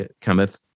cometh